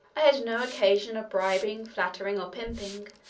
i had no occasion of bribing, flattering, or pimping,